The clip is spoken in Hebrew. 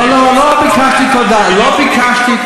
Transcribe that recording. לא, לא, לא ביקשתי תודה.